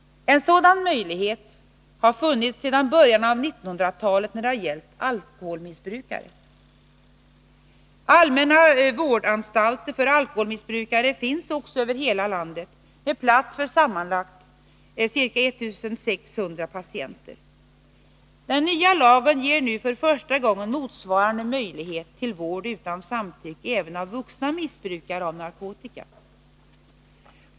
En sådan möjlighet har funnits sedan början av 1900-talet när det gäller alkoholmissbrukare. Allmänna vårdanstalter för alkoholmissbrukare finns också över hela landet med plats för sammanlagt ca 1 600 patienter. Den nya lagen ger nu för första gången motsvarande möjlighet till vård utan samtycke även av vuxna missbrukare av narkotika.